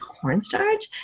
Cornstarch